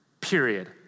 period